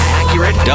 accurate